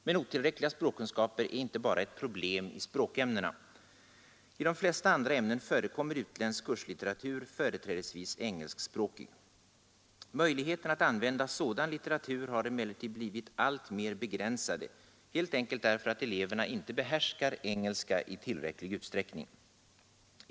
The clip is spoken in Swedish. Men otillräckliga språkkunskaper är inte bara ett problem i språkämnena. I de flesta andra ämnen förekommer utländsk kurslitteratur, företrädesvis engelskspråkig. Möjligheterna att använda sådan litteratur har emellertid blivit alltmer begränsade helt enkelt därför att eleverna inte behärskar engelska i tillräcklig utsträckning.